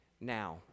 now